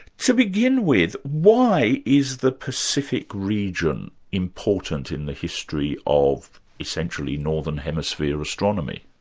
to begin with, why is the pacific region important in the history of essentially northern hemisphere astronomy?